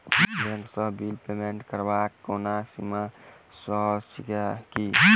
Bank सँ बिलक payment करबाक कोनो सीमा सेहो छैक की?